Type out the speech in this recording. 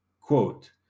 quote